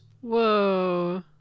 Whoa